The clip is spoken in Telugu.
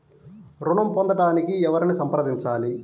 ఋణం పొందటానికి ఎవరిని సంప్రదించాలి?